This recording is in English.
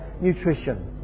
nutrition